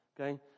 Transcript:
Okay